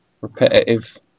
Repetitive